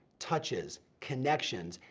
touches, connections,